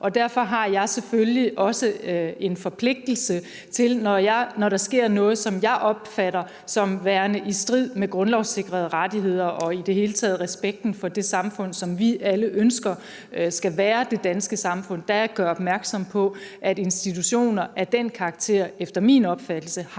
og derfor har jeg selvfølgelig også en forpligtelse til, når der sker noget, som jeg opfatter som værende i strid med grundlovssikrede rettigheder og i det hele taget respekten for det samfund, som vi alle ønsker skal være det danske samfund, at gøre opmærksom på, at institutioner af den karakter efter min opfattelse har